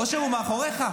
אושר, הוא מאחוריך.